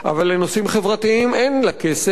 אבל לנושאים חברתיים אין לה כסף,